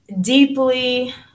deeply